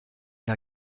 der